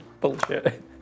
Bullshit